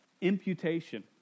imputation